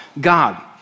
God